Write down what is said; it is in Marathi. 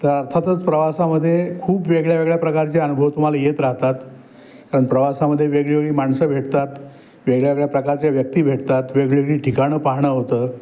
तर अर्थातच प्रवासामध्ये खूप वेगळ्या वेगळ्या प्रकारचे अनुभव तुम्हाला येत राहतात कारण प्रवासामध्ये वेगळी वेगळी माणसं भेटतात वेगळ्या वेगळ्या प्रकारच्या व्यक्ती भेटतात वेगळी वेगळी ठिकाणं पाहणं होतं